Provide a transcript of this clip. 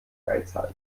geizhals